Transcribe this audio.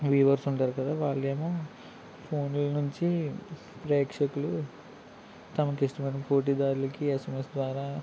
weavers ఉంటారు కదా వాళ్ళేమో ఫోన్ల నుంచి ప్రేక్షకులు తమకు ఇష్టమైన పోటీదారునికి ఎస్ఎంఎస్ ద్వారా